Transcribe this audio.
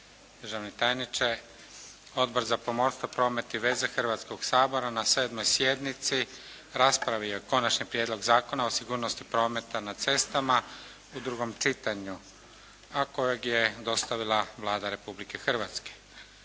državni tajniče. Odbor za pomorstvo, promet i veze Hrvatskog sabora na 7. sjednici raspravio je Konačni prijedlog Zakona o sigurnosti prometa na cestama u drugom čitanju, a kojeg je dostavila Vlada Republike Hrvatske.